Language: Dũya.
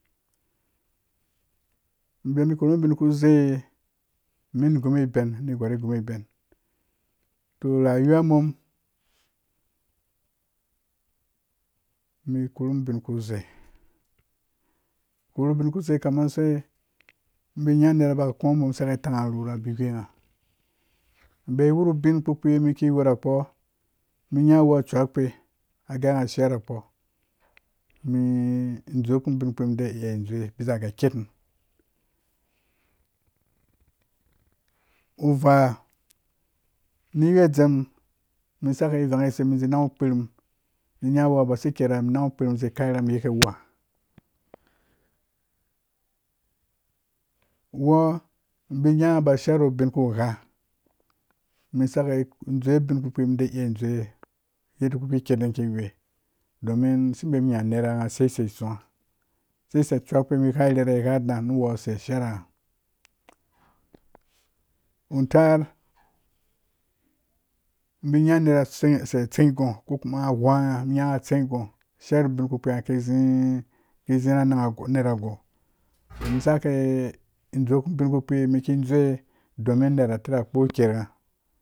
Ben korhumubinku zei mun gu ben anegwar ai gũbo iben to rayuwa mum umum korhumum ubin ku zei korhu ubin ku zei kama use? Umun bai nya unera ba kɔɔ umum ki saki tararhu ni whe ngha bai wuru ubeinkpi mun ki wurakpo ni nya whɔɔ cuukpe agee ngha ashira kpo umun dzekum ubin kpi ki wur kpo bisa ga ketmum: uvaa ni we dzem mun isaki ivangkise umum izi nangu u kpiir nyawɔɔ basi kera mum nangu ukpiir umum zi kauram yike wuha wɔɔ bai nya iba shiya ru ubin ku gha mum saki dzewe ubinkpiki dai iya dzewe domin mum isi bemun nya uners asisei tsuwã asisei a cuukpe mum igha rhere tgha uda use ashiya ra ngha utaar mbe nya nya unera asei tsenggõõ ko kuma ngha wonghangha nya ngha tsegõõ shiya ru ubin kpukpi ki zi ranan agow, iki saki dzowe ubin kpi mun ki dzowe domin mu unera akpo kengha.